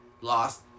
lost